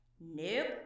Nope